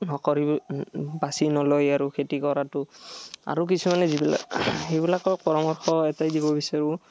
নকৰিব বাছি নলয় আৰু খেতি কৰাতো আৰু কিছুমানে যিবিলাক সেইবিলাকক পৰামৰ্শ এটাই দিব বিচাৰোঁ